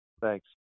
thanks